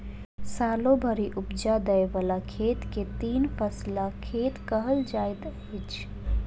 सालो भरि उपजा दय बला खेत के तीन फसिला खेत कहल जाइत अछि